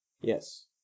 Yes